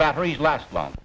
batteries last long